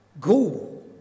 Go